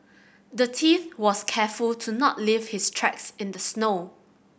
the thief was careful to not leave his tracks in the snow